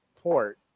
port